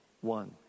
one